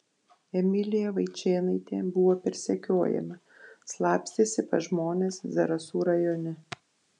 emilija vaičėnaitė buvo persekiojama slapstėsi pas žmones zarasų rajone